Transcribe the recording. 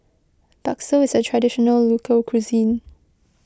Bakso is a Traditional Local Cuisine